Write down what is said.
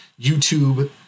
YouTube